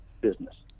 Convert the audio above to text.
business